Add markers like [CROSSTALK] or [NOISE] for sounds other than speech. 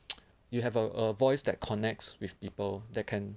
[NOISE] you have a a voice that connects with people that can